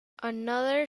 another